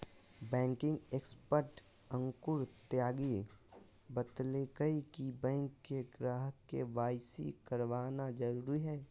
banking expert Ankur Tyagi बतयलकय कि bank के ग्राहक के.वाई.सी करवाना जरुरी हइ